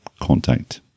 contact